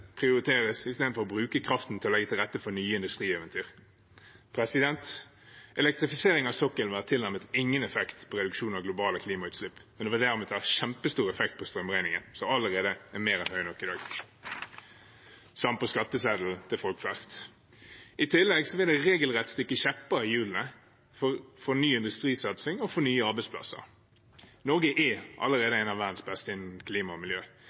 prioriteres istedenfor å bruke kraften til å legge til rette for nye industrieventyr. Elektrifisering av sokkelen vil ha tilnærmet ingen effekt på reduksjon av globale klimautslipp, men det vil derimot ha kjempestor effekt på strømregningen, som allerede er mer enn høy nok i dag, samt på skatteseddelen til folk flest. I tillegg vil det regelrett stikke kjepper i hjulene for ny industrisatsing og for nye arbeidsplasser. Norge er allerede en av verdens beste innen klima og miljø.